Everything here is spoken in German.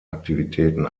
aktivitäten